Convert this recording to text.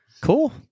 Cool